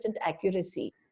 accuracy